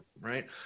right